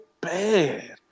bad